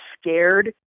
scared